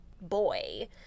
boy